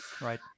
right